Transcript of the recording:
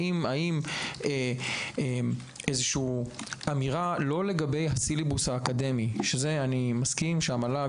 האם איזושהי אמירה לא לגבי הסילבוס האקדמי שאני מסכים שזה המל"ג